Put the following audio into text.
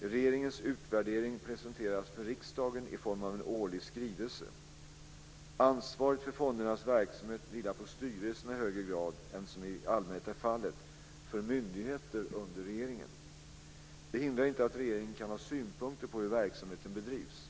Regeringens utvärdering presenteras för riksdagen i form av en årlig skrivelse. Ansvaret för fondernas verksamhet vilar på styrelserna i högre grad än som i allmänhet är fallet för myndigheter under regeringen. Det hindrar inte att regeringen kan ha synpunkter på hur verksamheten bedrivs.